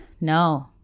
No